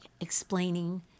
explaining